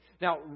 Now